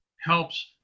helps